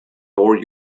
more